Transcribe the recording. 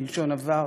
בלשון עבר,